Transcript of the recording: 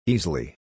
Easily